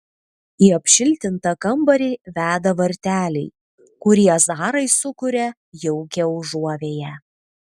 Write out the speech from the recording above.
į apšiltintą kambarį veda varteliai kurie zarai sukuria jaukią užuovėją